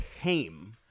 came